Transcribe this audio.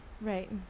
Right